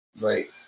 Right